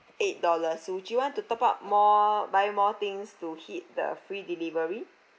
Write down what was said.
eight dollars would you want to top up more buy more things to hit the free delivery